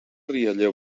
rialler